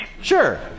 Sure